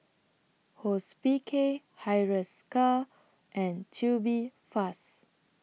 Hospicare Hiruscar and Tubifast